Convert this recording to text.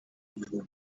aho